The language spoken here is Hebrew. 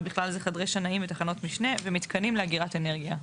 ובכלל זה חדרי שנאים ותחנות משנה ומתקנים לאגירת אנרגיה".